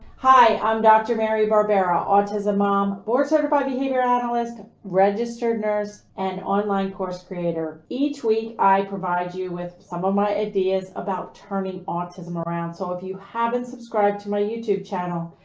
hi, i'm dr. mary barbera, autism mom, board certified behavior analyst, registered nurse, and online course creator. each week i provide you with some of my ideas about turning autism around. so if you haven't subscribed to my youtube channel,